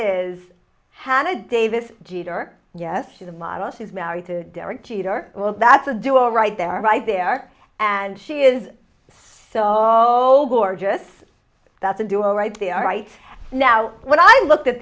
is hannah davis jeter yes she's a model she's married to derek jeter well that's a duo right there right there and she is so gorgeous that the duo right there right now when i looked at